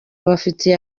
abafitiye